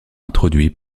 introduits